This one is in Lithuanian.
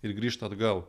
ir grįžta atgal